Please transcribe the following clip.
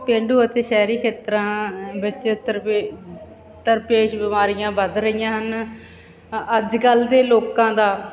ਪੇਂਡੂ ਅਤੇ ਸ਼ਹਿਰੀ ਖੇਤਰਾਂ ਵਿੱਚ ਤਰਪੇ ਤਰਪੇਸ਼ ਬਿਮਾਰੀਆਂ ਵੱਧ ਰਹੀਆਂ ਹਨ ਅੱਜ ਕੱਲ੍ਹ ਦੇ ਲੋਕਾਂ ਦਾ